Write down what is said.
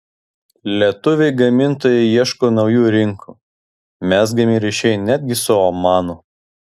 lietuviai gamintojai ieško naujų rinkų mezgami ryšiai netgi su omanu